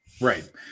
Right